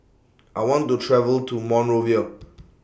I want to travel to Monrovia